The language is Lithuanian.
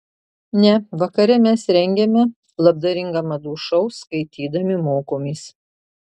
ne vakare mes rengiame labdaringą madų šou skaitydami mokomės